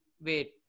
wait